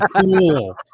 cool